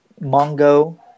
Mongo